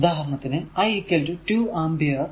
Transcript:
ഉദാഹരണത്തിന് i 2 ampere